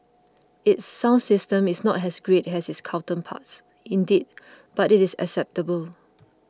its sound system is not has great has its counterparts indeed but it is acceptable